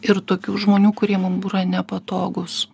ir tokių žmonių kurie mum yra nepatogūs